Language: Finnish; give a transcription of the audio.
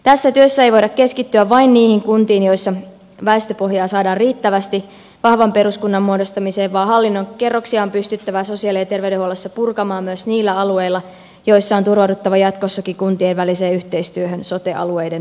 tässä työssä ei voida keskittyä vain niihin kuntiin joissa väestöpohjaa saadaan riittävästi vahvan peruskunnan muodostamiseen vaan hallinnon kerroksia on pystyttävä sosiaali ja terveydenhuollossa purkamaan myös niillä alueilla joilla on turvauduttava jatkossakin kuntien väliseen yhteistyöhön sote alueiden muodossa